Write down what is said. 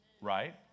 right